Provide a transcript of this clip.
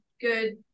good